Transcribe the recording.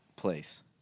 Place